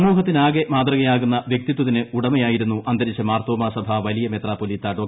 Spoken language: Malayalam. സമൂഹത്തിനാകെ മാത്യുകയാകുന്ന വൃക്തിത്വത്തിന് ഉടമയായിരുന്നു അന്തരിച്ച മാർത്തോമ്മാ സഭാ വലിയ മെത്രാപ്പൊലിത്ത ഡോ